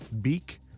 beak